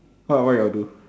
what what you all do